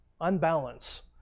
unbalance